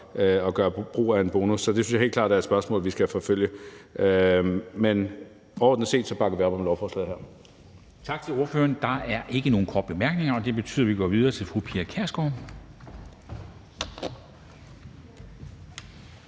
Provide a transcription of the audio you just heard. at gøre brug af en bonus. Så det synes jeg helt klart er et spørgsmål, vi skal forfølge. Men overordnet set bakker vi op om lovforslaget her. Kl. 11:12 Formanden (Henrik Dam Kristensen): Tak til ordføreren. Der er ikke nogen korte bemærkninger, og det betyder, at vi går videre til fru Pia Kjærsgaard,